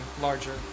larger